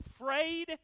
afraid